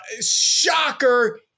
Shocker